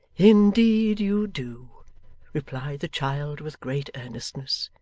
indeed you do replied the child with great earnestness,